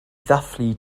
ddathlu